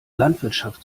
landwirtschaft